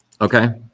okay